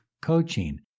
coaching